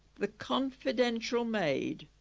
the confidential maid,